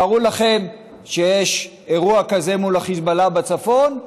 תארו לכם שיש אירוע כזה מול החיזבאללה בצפון,